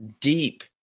deep